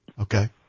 Okay